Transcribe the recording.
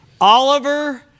Oliver